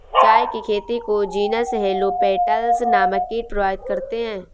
चाय की खेती को जीनस हेलो पेटल्स नामक कीट प्रभावित करते हैं